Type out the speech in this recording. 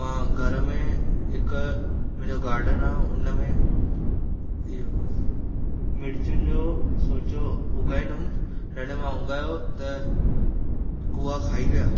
मां घर में हिकु मुंहिंजो गार्डन आहे हुन में इहो मिर्चनि जो सोचियो उॻाईंदुमि जॾहिं मां उॻायो त कुओ खाई विया